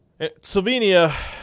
Slovenia